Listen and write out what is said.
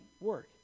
work